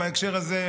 בהקשר הזה,